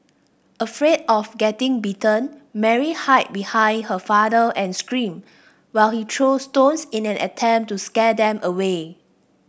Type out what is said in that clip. afraid of getting bitten Mary hid behind her father and screamed while he threw thrones in an attempt to scare them away